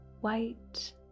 white